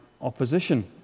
opposition